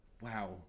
Wow